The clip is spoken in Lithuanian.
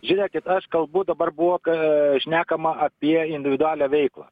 žiūrėkit aš kalbu dabar buvo k šnekama apie individualią veiklą